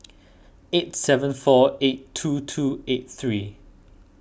eight seven four eight two two eight three